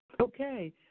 Okay